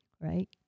Right